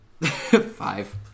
Five